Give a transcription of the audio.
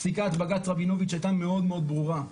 פסיקת בג"ץ רבינוביץ' הייתה מאוד ברורה.